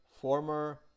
former